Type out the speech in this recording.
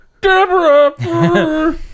Deborah